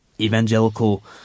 Evangelical